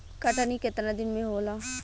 कटनी केतना दिन में होला?